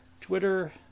Twitter